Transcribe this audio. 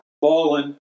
fallen